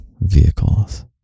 vehicles